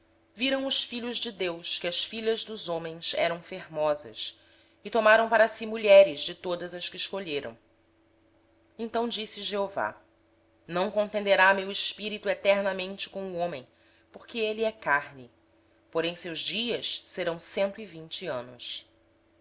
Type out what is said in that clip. viram os filhos de deus que as filhas dos homens eram formosas e tomaram para si mulheres de todas as que escolheram então disse o senhor o meu espírito não permanecerá para sempre no homem porquanto ele é carne mas os seus dias serão cento e vinte anos